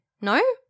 No